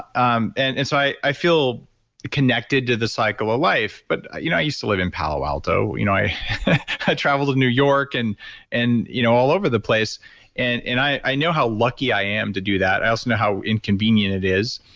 um and and so i i feel connected to the cycle of life. but i you know i used to live in palo alto. you know i ah traveled to new york and and you know all over the place and and i i know how lucky i am to do that. i also know how inconvenient it is.